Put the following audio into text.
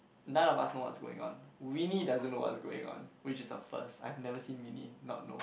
none of us know what's going on Winnie doesn't know what's going on which is her first I've never seen Winnie not know